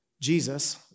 Jesus